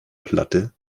platte